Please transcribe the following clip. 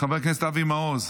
חבר הכנסת אבי מעוז,